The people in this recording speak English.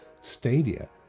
stadia